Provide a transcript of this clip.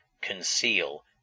conceal